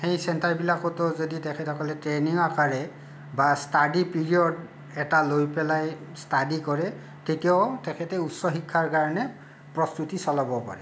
সেই চেণ্টাৰবিলাকতো যদি তেখেতসকলে ট্ৰেইনিং আকাৰে বা ষ্টাডি পিৰিয়ড এটা লৈ পেলাই ষ্টাডি কৰে তেতিয়াও তেখেতে উচ্চশিক্ষাৰ কাৰণে প্ৰস্তুতি চলাব পাৰে